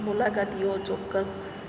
મુલાકાતીઓ ચોક્કસ